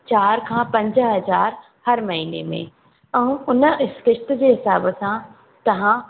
चारि खां पंज हज़ार हर महीने में ऐं उन किश्त जे हिसाब सां तव्हां